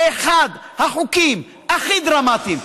באחד החוקים הכי דרמטיים,